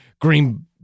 green